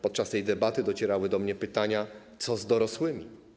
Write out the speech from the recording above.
Podczas tej debaty docierało do mnie pytanie, co z dorosłymi.